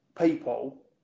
people